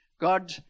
God